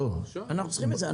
אנחנו צריכים את זה.